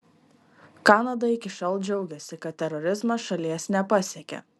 kanada iki šiol džiaugėsi kad terorizmas šalies nepasiekia